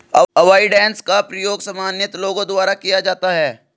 avoidance का प्रयोग सामान्यतः लोगों द्वारा किया जाता है